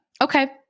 Okay